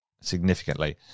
significantly